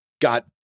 got